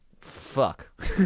Fuck